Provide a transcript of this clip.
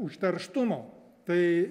užterštumo tai